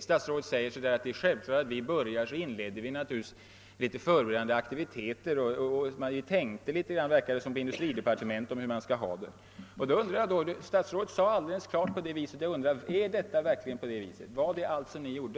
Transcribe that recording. Statsrådet säger: Det är självklart att vi i industridepartementet till att börja med företog en del inledande aktiviteter och tänkte över frågorna för att få klart för oss hur vi ville ha det. Statsrådet uttryckte sig alldeles tydligt på det sättet, men jag undrade om det verkligen förhöll sig så. Var detta allt vad ni gjorde?